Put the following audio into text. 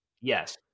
Yes